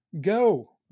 Go